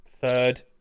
third